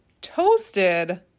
toasted